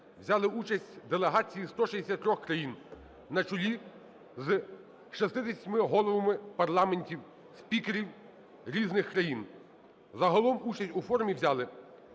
взяли участь делегації 163 країн на чолі з 60 головами парламентів, спікерів різних країн. Загалом участь у форумі взяли